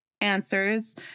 answers